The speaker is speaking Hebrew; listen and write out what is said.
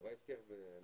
אתה ראית את התשובה?